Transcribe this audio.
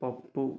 పప్పు